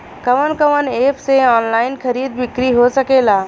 कवन कवन एप से ऑनलाइन खरीद बिक्री हो सकेला?